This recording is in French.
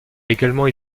également